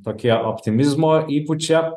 tokie optimizmo įpučia